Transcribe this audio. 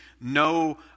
no